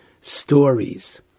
stories